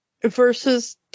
versus